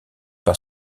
par